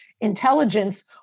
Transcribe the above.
intelligence